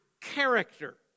character